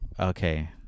Okay